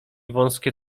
wąskie